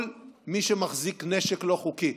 כל מי שמחזיק נשק בלתי חוקי,